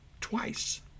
Twice